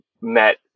met